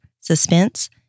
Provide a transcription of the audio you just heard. suspense